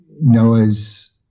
Noah's